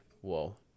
whoa